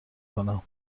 کنم